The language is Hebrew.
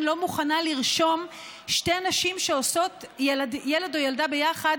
לא מוכנה לרשום שתי נשים שעושות ילד או ילדה ביחד,